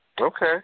Okay